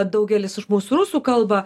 daugelis iš mūsų rusų kalbą